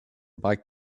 bike